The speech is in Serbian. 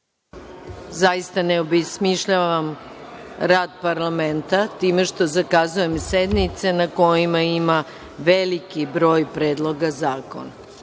Zaista ne obesmišljavam rad parlamenta time što zakazujem sednice na kojima ima veliki broj predloga zakona.